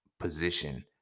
position